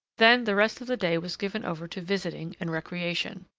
then the rest of the day was given over to visiting and recreation.